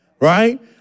right